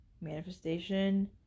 manifestation